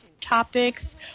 Topics